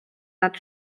nad